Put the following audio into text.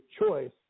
choice